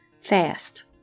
fast